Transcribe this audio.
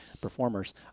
performers